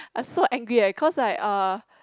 I so angry eh cause I uh